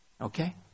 Okay